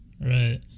Right